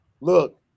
Look